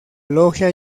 logia